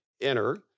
enter